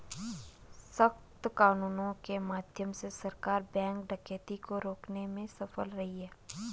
सख्त कानूनों के माध्यम से सरकार बैंक डकैती को रोकने में सफल रही है